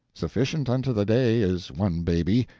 sufficient unto the day is one baby.